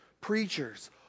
preachers